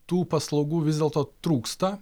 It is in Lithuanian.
tų paslaugų vis dėlto trūksta